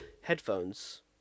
headphones